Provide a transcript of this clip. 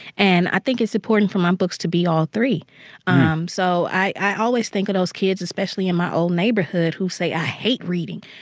and i think it's important for my books to be all three um so i i always think of those kids, especially in my old neighborhood, who say, i hate reading.